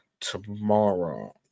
Tomorrow